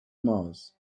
mars